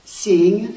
seeing